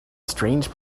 strange